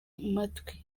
amatwi